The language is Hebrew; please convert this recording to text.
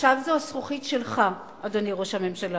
עכשיו זו הזכוכית שלך, אדוני ראש הממשלה.